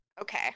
Okay